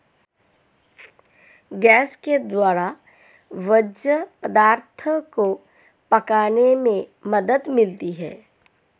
gas के द्वारा भोज्य पदार्थो को पकाने में मदद मिलती है